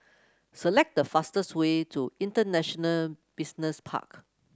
select the fastest way to International Business Park